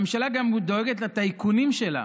הממשלה גם דואגת לטייקונים שלה: